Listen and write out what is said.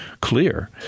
clear